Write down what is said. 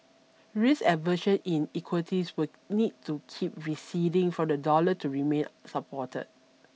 risk aversion in equities will need to keep receding for the dollar to remain supported